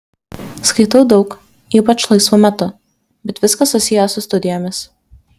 skaitau daug ypač laisvu metu bet viskas susiję su studijomis